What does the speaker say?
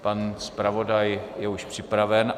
Pan zpravodaj je už připraven.